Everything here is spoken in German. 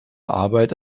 arbeit